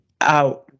out –